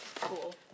Cool